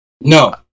No